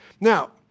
Now